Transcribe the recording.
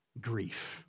grief